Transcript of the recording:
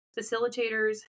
Facilitators